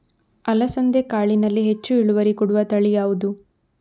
ಅಲಸಂದೆ ಕಾಳಿನಲ್ಲಿ ಹೆಚ್ಚು ಇಳುವರಿ ಕೊಡುವ ತಳಿ ಯಾವುದು?